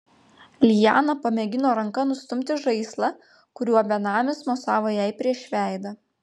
liana pamėgino ranka nustumti žaislą kuriuo benamis mosavo jai prieš veidą